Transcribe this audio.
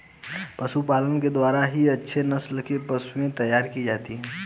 पशुपालन के द्वारा ही अच्छे नस्ल की पशुएं तैयार की जाती है